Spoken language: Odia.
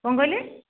କଣ କହିଲେ